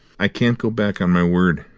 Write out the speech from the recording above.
i can't go back on my word,